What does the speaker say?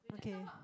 okay